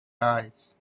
eyes